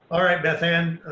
all right, beth ann,